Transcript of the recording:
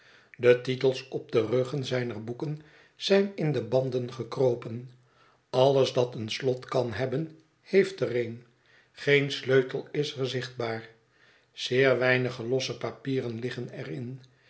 de titels op de ruggen zijner boeken zijn in de banden gekropen alles dat een slot kan hebben heeft er een geen sleutel is er zichtbaar zeer weinige losse papieren liggen er